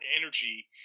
energy